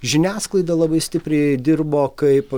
žiniasklaida labai stipriai dirbo kaip